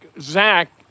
Zach